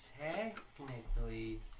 Technically